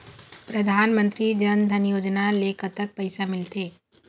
परधानमंतरी जन धन योजना ले कतक पैसा मिल थे?